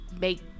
make